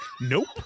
Nope